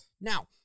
Now